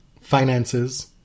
finances